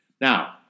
Now